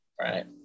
Right